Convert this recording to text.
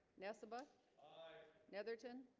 nessebar the other t'en